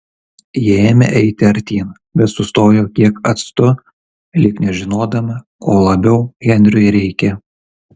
ji ėmė eiti artyn bet sustojo kiek atstu lyg nežinodama ko labiau henriui reikia